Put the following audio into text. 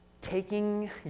taking